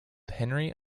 henry